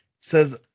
says